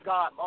God